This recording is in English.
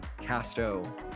Casto